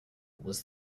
was